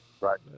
Right